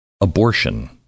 Abortion